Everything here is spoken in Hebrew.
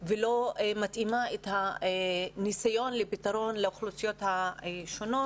ולא מתאימים את הניסיון לפתרון לאוכלוסיות השונות.